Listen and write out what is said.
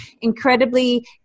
incredibly